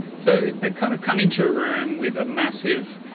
so they kind of come into a room with a massive,